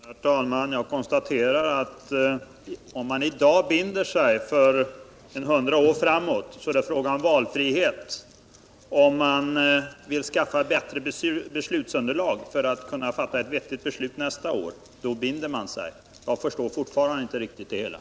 Herr talman! Jag konstaterar att om man i dag binder sig för hundra år framåt kallas det valfrihet, men om man vill skaffa sig bättre beslutsunderlag för att kunna fatta ett vettigt beslut nästa år, heter det att man binder sig. Jag förstår fortfarande inte riktigt det hela.